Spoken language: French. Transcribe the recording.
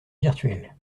virtuel